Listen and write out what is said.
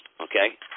Okay